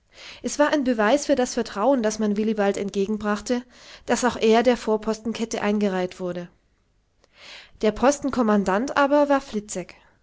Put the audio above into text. es war ein beweis für das vertrauen das man willibald entgegenbrachte daß auch er der vorpostenkette eingereiht wurde der postenkommandant aber war fliczek